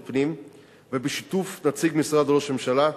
הפנים ובשיתוף נציג משרד ראש הממשלה,